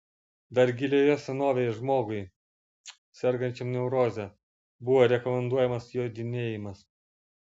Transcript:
dar gilioje senovėje žmogui sergančiam neuroze buvo rekomenduojamas jodinėjimas